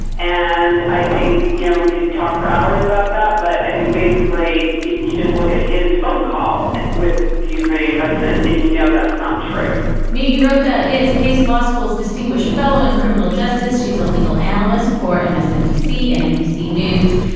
and i think you know we could talk for hours about that but i think basically if you just look at his phone call with the ukrainian president and you know that's not true mi rocha is peace law school's distinguished fellow in criminal justice. she's a legal analyst for um msnbc and nbc news.